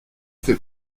fait